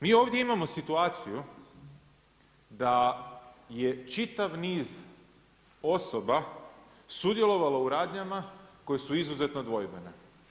Mi ovdje imamo situaciju da je čitav niz osoba sudjelovalo u radnjama koje su izuzetno dvojbene.